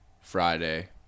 Friday